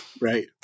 Right